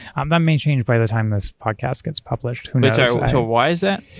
um that may change by the time this podcast gets published. who knows? so why is that?